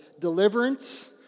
Deliverance